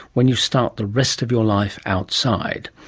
when you start the rest of your life outside.